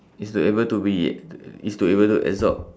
is to able to be is to able to absorb